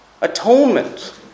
Atonement